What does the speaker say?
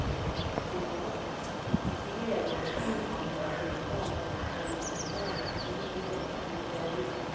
अन्त त्यही हो अन्त त्यतिकै अब हाम्रो ल्होसर हुन्छ अन्त पाहुनाहरू आउँछ अब त्यतिकै त्यही अब हाम्रो त्यहाँ उयसमा